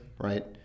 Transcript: Right